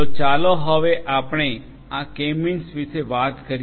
તો ચાલો હવે આપણે આ કે મીન્સ વિશે વાત કરીએ